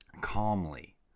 Calmly